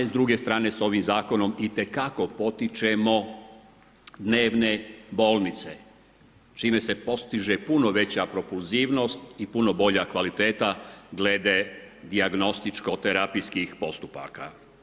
S druge strane s ovim zakonom itekako potičemo dnevne bolnice s čime se postiže puno veća propulzivnost i puno bolja kvaliteta glede dijagnostičko-terapijskih postupaka.